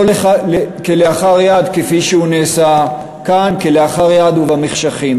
ולא כלאחר יד, כפי שנעשה כאן, כלאחר יד ובמחשכים.